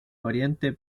oriente